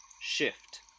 shift